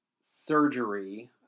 surgery